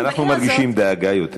אנחנו מרגישים דאגה יותר,